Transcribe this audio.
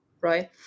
right